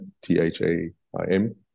T-H-A-I-M